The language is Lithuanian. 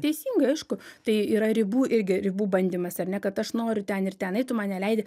teisingai aišku tai yra ribų irgi ribų bandymas ar ne kad aš noriu ten ir ten eit tu man neleidi